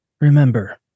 Remember